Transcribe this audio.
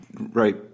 Right